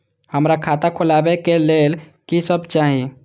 हमरा खाता खोलावे के लेल की सब चाही?